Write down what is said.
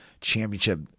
Championship